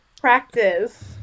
Practice